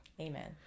Amen